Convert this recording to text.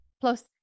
Plus